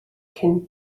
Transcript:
cyn